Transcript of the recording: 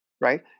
right